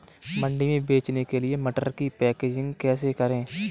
मंडी में बेचने के लिए मटर की पैकेजिंग कैसे करें?